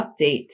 update